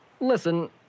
Listen